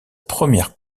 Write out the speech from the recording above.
première